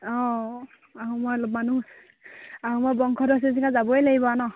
অঁ আহোম মানুহ আহোমৰ বংশত আছে যে যাবই লাগিব ন